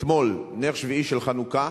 אתמול, נר שביעי של חנוכה,